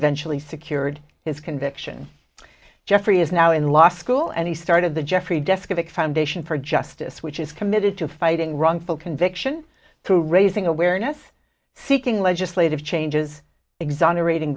eventually secured his conviction geoffrey is now in law school and he started the jeffrey deskovic foundation for justice which is committed to fighting wrongful conviction to raising awareness seeking legislative changes exonerat